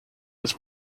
was